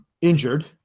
injured